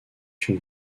une